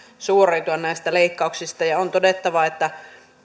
suoriutua näistä leikkauksista on todettava että